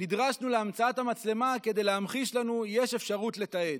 נדרשנו להמצאת המצלמה כדי להמחיש לנו: יש אפשרות לתעד.